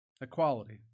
equality